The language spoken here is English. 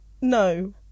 no